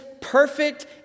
perfect